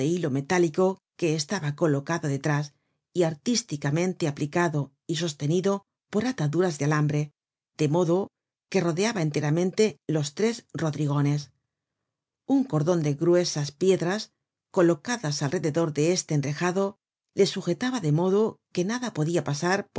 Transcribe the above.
hilo metálico que estaba colocado detrás y artísticamente aplicado y sostenido por ataduras de alambre de modo que rodeaba enteramente los tres rodrigones un cordon de gruesas piedras colocadas alrededor de este enrejado le sujetaba de modo que nada podia pasar por